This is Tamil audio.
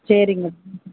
சரிங்க மேம்